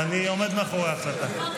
ואני עומד מאחורי ההחלטה.